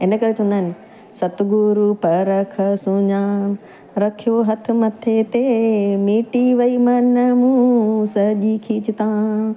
इन करे चवंदा आहिनि